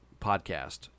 podcast